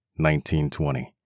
1920